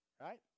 Right